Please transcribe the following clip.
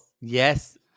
yes